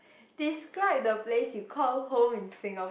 describe the place you call home in Singapore